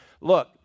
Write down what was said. look